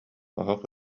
оһох